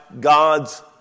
God's